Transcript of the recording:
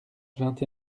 vingt